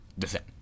descent